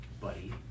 Buddy